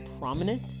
prominent